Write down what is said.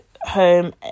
home